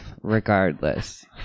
regardless